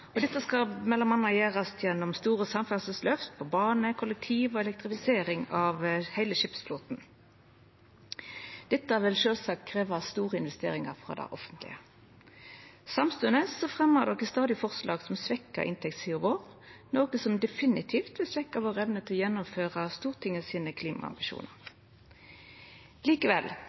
grønare. Dette skal m.a. gjerast gjennom store samferdselsløft for bane og kollektiv og elektrifisering av heile skipsflåten. Dette vil sjølvsagt krevja store investeringar frå det offentlege. Samstundes fremjar dei stadig forslag som svekkjer inntektssida vår, noko som definitivt vil svekkja evna vår til å gjennomføra Stortingets klimaambisjonar. Likevel